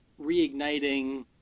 reigniting